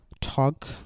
talk